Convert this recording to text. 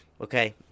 Okay